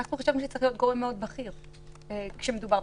כתוב כאן